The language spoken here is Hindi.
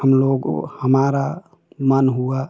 हम लोगों हमारा मन हुआ